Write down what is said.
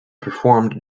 performed